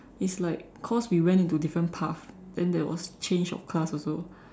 it's like cause we went into different path then there was change of class also